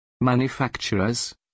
manufacturers